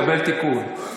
קבל תיקון.